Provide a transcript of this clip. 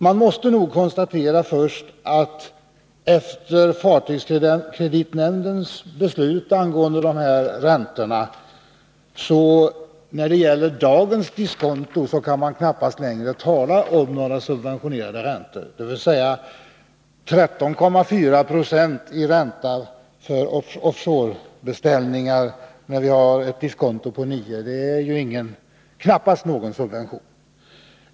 Man måste nog först konstatera, att efter beslutet av nämnden för fartygskreditgarantier angående de här räntorna, så kan man när det gäller dagens diskonto knappast längre tala om några subventionerade räntor. 13,4 90 i ränta för offshore-beställningar, när vi har ett diskonto på 9 96, är ju knappast någon subvention.